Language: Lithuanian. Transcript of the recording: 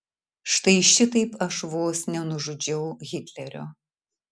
štai šitaip aš vos nenužudžiau hitlerio